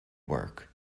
work